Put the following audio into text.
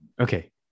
Okay